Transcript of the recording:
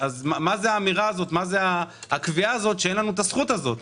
מה זה הקביעה הזאת שאין לנו הזכות הזאת?